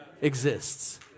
exists